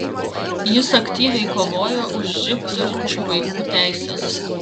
jis aktyviai kovojo už živ turinčių vaikų teises